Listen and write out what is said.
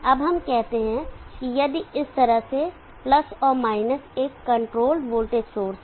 अब हम कहते हैं कि यदि यह इस तरह से प्लस और माइनस एक कंट्रोल्ड वोल्टेज सोर्स है